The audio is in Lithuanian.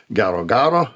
gero garo